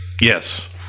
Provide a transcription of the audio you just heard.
Yes